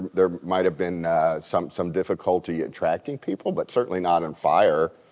there might have been some some difficulty attracting people but certainly not in fire,